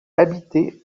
habitée